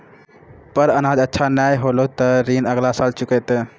पर अनाज अच्छा नाय होलै तॅ ऋण अगला साल चुकैतै